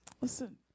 Listen